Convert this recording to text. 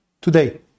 Today